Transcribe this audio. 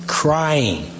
crying